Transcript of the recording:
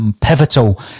pivotal